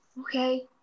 Okay